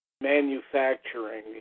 manufacturing